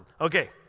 Okay